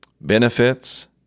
benefits